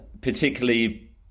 particularly